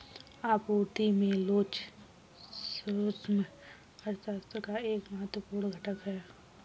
आपूर्ति में लोच सूक्ष्म अर्थशास्त्र का एक महत्वपूर्ण घटक है